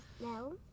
No